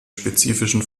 spezifischen